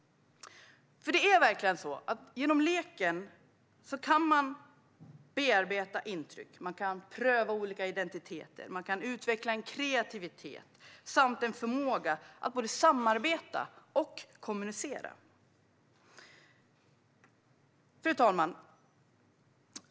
Det är genom leken man kan bearbeta intryck, pröva olika identiteter och utveckla kreativitet samt förmåga att både samarbeta och kommunicera. Fru talman!